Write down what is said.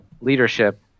leadership